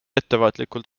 ettevaatlikult